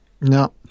No